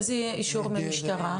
איזה אישור מהמשטרה?